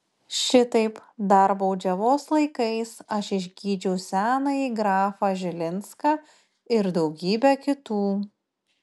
šitaip dar baudžiavos laikais aš išgydžiau senąjį grafą žilinską ir daugybę kitų